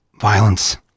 violence